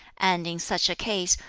and in such a case,